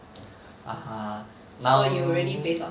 ah now